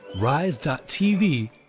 Rise.TV